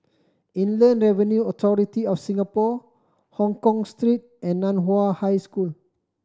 Inland Revenue Authority of Singapore Hongkong Street and Nan Hua High School